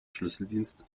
schlüsseldienst